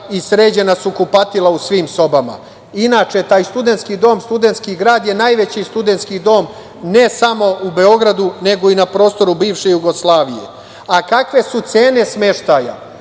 i sređena su kupatila u svim sobama. Inače, taj studentski dom „Studentski grad“ je najveći studentski dom ne samo u Beogradu, nego i na prostoru bivše Jugoslavije. Kakve su cene smeštaja?